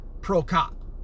pro-cop